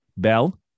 Bell